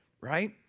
right